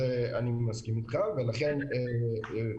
אקראי.